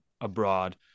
abroad